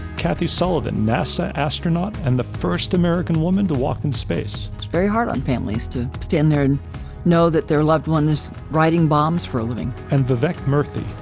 kathy sullivan, nasa astronaut and the first american woman to walk in space. it's very hard on families to stand there and know that their loved one is writing bombs for a living. and vivek murthy,